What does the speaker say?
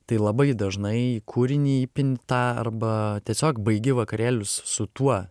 tai labai dažnai į kūrinį įpini tą arba tiesiog baigi vakarėlius su tuo